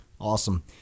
Awesome